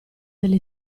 delle